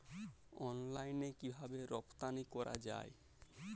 অনলাইনে কিভাবে রপ্তানি করা যায়?